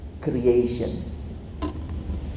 creation